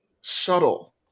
shuttle